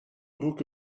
book